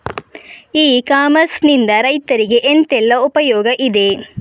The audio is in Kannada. ಇ ಕಾಮರ್ಸ್ ನಿಂದ ರೈತರಿಗೆ ಎಂತೆಲ್ಲ ಉಪಯೋಗ ಇದೆ?